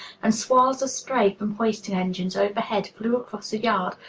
and swirls of spray from hoisting engines overhead flew across the yard,